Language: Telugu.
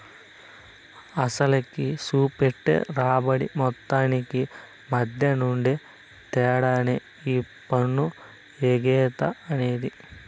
అసలుకి, సూపెట్టే రాబడి మొత్తానికి మద్దెనుండే తేడానే ఈ పన్ను ఎగేత అనేది